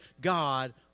God